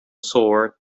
sword